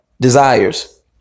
desires